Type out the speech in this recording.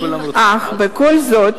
אך בכל זאת,